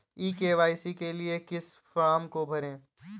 ई KYC के लिए किस फ्रॉम को भरें?